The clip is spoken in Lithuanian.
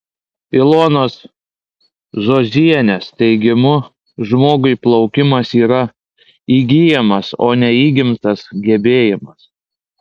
ilonos zuozienės teigimu žmogui plaukimas yra įgyjamas o ne įgimtas gebėjimas